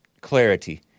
clarity